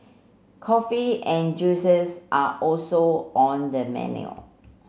coffee and juices are also on the menu